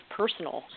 personal